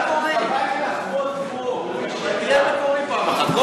תהיה מקורי פעם אחת.